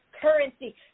currency